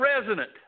resident